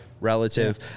relative